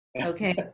Okay